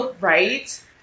Right